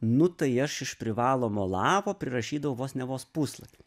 nu tai aš iš privalomo lapo prirašydavau vos ne vos puslapį